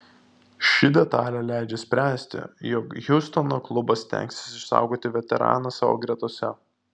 ši detalė leidžia spręsti jog hjustono klubas stengsis išsaugoti veteraną savo gretose